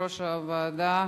ליושב-ראש הוועדה,